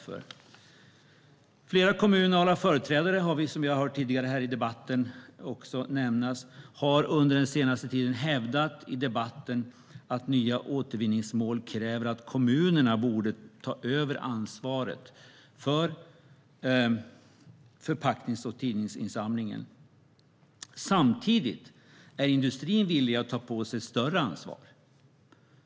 Flera kommunala företrädare, som vi har hört nämnas tidigare i debatten, har under den senaste tiden hävdat att nya återvinningsmål kräver att kommunerna borde ta över ansvaret för förpacknings och tidningsinsamlingen. Samtidigt är industrin villig att ta på sig större ansvar.